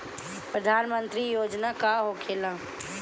प्रधानमंत्री योजना का होखेला?